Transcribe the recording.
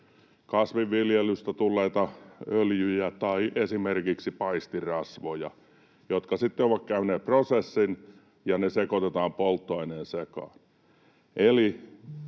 kasvinviljelystä tulleita öljyjä tai esimerkiksi paistinrasvoja, jotka sitten ovat käyneet prosessin ja sekoitetaan polttoaineen sekaan.